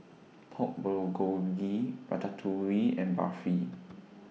Pork Bulgogi Ratatouille and Barfi